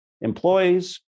employees